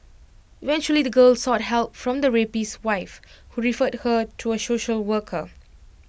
eventually the girl sought help from the rapist's wife who referred her to A social worker